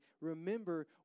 Remember